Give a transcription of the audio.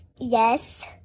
yes